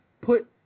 put